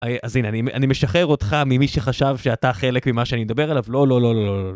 אז הנה אני אני משחרר אותך ממי שחשב שאתה חלק ממה שאני מדבר עליו לא לא לא לא לא לא.